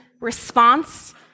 response